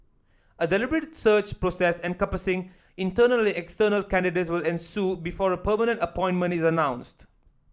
a deliberate search process encompassing internal and external candidates will ensue before a permanent appointment is announced